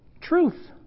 Truth